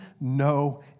no